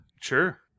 sure